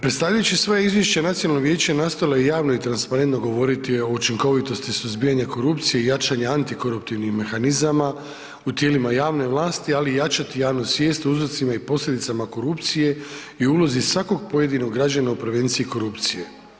Predstavljajući svoj izvješće, nacionalno vijeće nastojalo je javno i transparentno govoriti o učinkovitosti suzbijanja korupcije i jačanja antikoruptivnih mehanizama u tijelima javne vlasti, ali i jačati javnu svijest o uzrocima i posljedicama korupcije i ulozi svakog pojedinog građana u prevenciji korupcije.